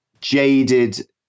jaded